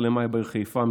ב-15 במאי בחיפה,